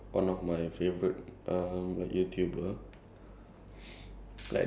for me right um okay I watch a lot of this like YouTube